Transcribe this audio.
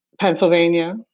Pennsylvania